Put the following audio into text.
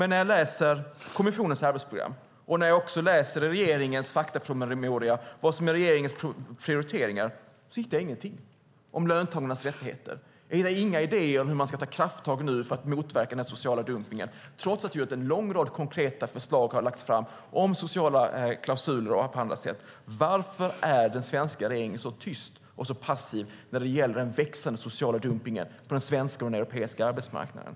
När jag läser kommissionens arbetsprogram och regeringens faktapromemoria om regeringens prioriteringar hittar jag ingenting om löntagarnas rättigheter. Jag hittar inga idéer om hur man ska ta krafttag för att motverka den sociala dumpningen trots att en lång rad konkreta förslag lagts fram om sociala klausuler och annat. Varför är den svenska regeringen så tyst och så passiv när det gäller den växande sociala dumpningen på den svenska och europeiska arbetsmarknaden?